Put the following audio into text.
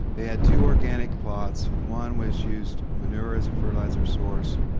they had two organ ic plots, one which used manure as a fertilizer source.